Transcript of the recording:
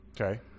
Okay